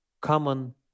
common